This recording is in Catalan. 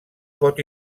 pot